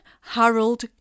Harold